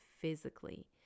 physically